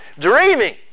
dreaming